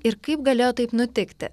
ir kaip galėjo taip nutikti